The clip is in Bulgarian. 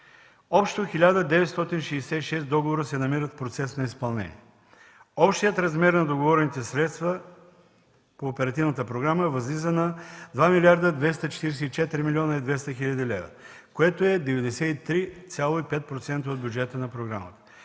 Общо 1966 договора се намират в процес на изпълнение. Общият размер на договорените средства по оперативната програма възлиза на 2 млрд. 244 млн. 200 хил. лв., което е 93,5% от бюджета на програмата.